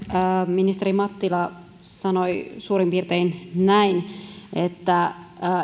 ministeri mattila sanoi suurin piirtein näin että